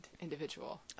individual